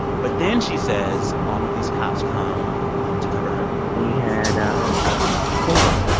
but then, she says, all of these cops come to cover her we had four,